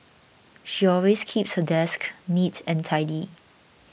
she always keeps her desk neat and tidy